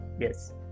Yes